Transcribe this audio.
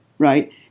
right